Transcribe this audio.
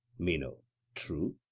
meno true.